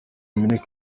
dominic